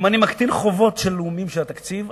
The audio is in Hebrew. אם אני מקטין חובות לאומיים של התקציב,